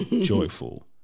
joyful